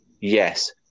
yes